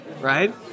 Right